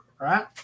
right